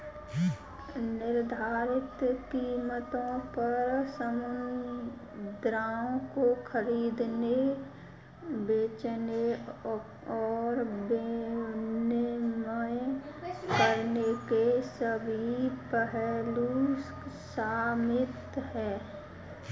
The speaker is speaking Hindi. निर्धारित कीमतों पर मुद्राओं को खरीदने, बेचने और विनिमय करने के सभी पहलू शामिल हैं